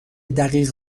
دقیق